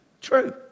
True